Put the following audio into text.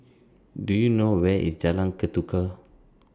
Do YOU know Where IS Jalan Ketuka